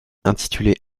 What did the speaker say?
intitulé